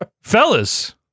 Fellas